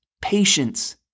patience